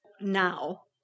now